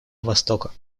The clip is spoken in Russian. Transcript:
востока